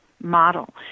model